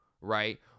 right